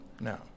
No